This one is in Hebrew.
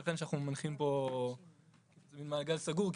ייתכן שאנחנו מניחים פה מעגל סגור,